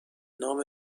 نام